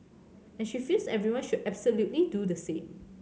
and she feels everyone should absolutely do the same